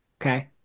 Okay